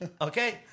Okay